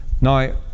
now